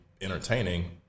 entertaining